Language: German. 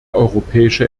europäische